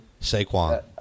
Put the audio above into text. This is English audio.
Saquon